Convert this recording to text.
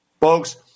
Folks